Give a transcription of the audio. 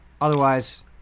Otherwise